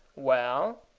well?